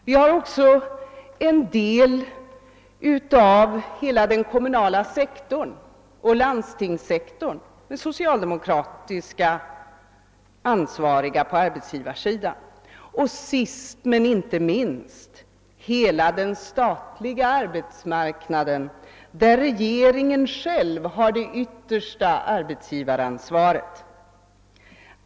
Vi har också en del av den kommunala sektorn och landstingssektorn med socialdemokrater som ansvariga på arbetsgivarsidan. Och sist men icke minst har vi hela den statliga arbetsmarknaden, där regeringen själv har det yttersta arbetsgivaransvaret.